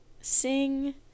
sing